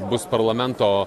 bus parlamento